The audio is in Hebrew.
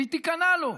והיא תיכנע לו,